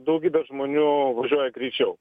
daugybė žmonių važiuoja greičiau